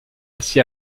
ainsi